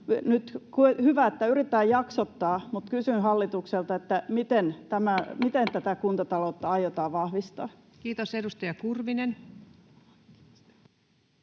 Hyvä, että niitä yritetään jaksottaa, mutta kysyn hallitukselta: miten tätä kuntataloutta aiotaan vahvistaa? Kiitos. — Edustaja Kurvinen.